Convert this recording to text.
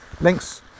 links